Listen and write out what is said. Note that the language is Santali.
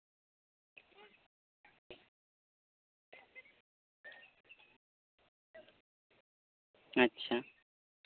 ᱟᱪᱪᱷᱟ